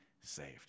saved